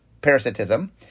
parasitism